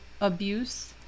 abuse